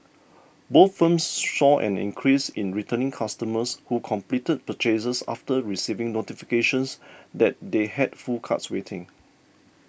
both firms saw an increase in returning customers who completed purchases after receiving notifications that they had full carts waiting